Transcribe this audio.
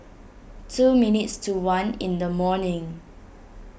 two minutes to one in the morning